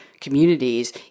communities